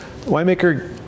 winemaker